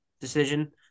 decision